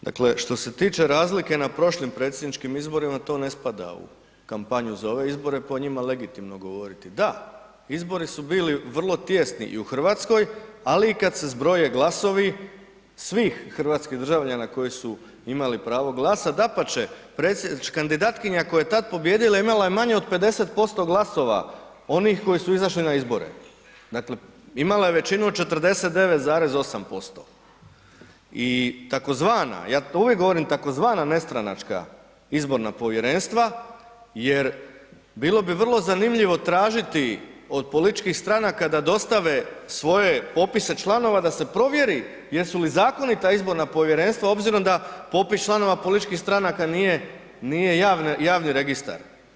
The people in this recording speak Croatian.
Dakle što se tiče razlike na prošlim predsjedničkim izborima to ne spada u kampanju za ove izbore, po njima legitimno govoriti, da izbori su bili vrlo tijesni i u RH, ali i kad se zbroje glasovi svih hrvatskih državljana koji su imali pravo glasa, dapače kandidatkinja koja je tad pobijedila imala je manje od 50% glasova onih koji su izašli na izbore, dakle imala je većinu od 49,8% i tzv. ja uvijek govorim tzv. nestranačka izborna povjerenstva jer bilo bi vrlo zanimljivo tražiti od političkih stranaka da dostave svoje popise članova da se provjeri jesu li zakonita izborna povjerenstva obzirom da popis članova političkih stranaka nije, nije javni registar.